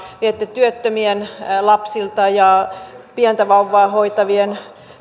viette työttömien lapsilta ja pientä vauvaa hoitavien